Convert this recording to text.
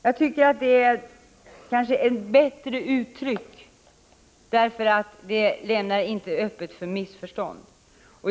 Jag tycker dock att allmän förskola är ett bättre uttryck än obligatorisk, eftersom beteckningen allmän förskola nu inte bör lämna öppet för missförstånd.